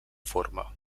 forma